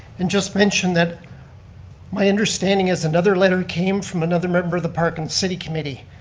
and just mention that my understanding is another letter came from another member of the park and city committee.